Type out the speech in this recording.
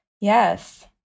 yes